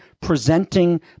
presenting